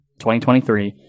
2023